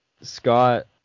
Scott